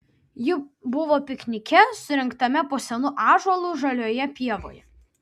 ji buvo piknike surengtame po senu ąžuolu žalioje pievoje